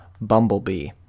Bumblebee